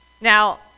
Now